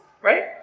Right